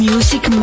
Music